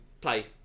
play